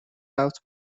out